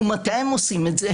מתי הם עושים את זה?